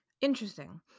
Interesting